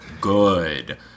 good